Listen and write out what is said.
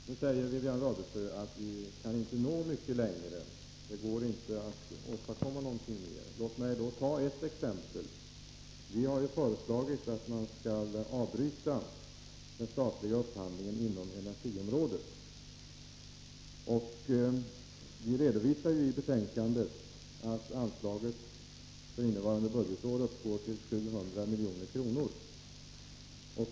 Nu säger Wivi-Anne Radesjö att vi inte kan nå mycket längre. Det går inte att åstadkomma mer. Låt mig då ta ett exempel. Vi har ju föreslagit att man skall avbryta den statliga upphandlingen inom energiområdet. Vi redovisar i betänkandet att anslaget för innevarande budgetår uppgår till 700 milj.kr.